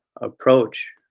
approach